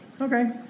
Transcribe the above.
Okay